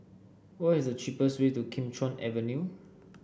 what is the cheapest way to Kim Chuan Avenue